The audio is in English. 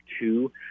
two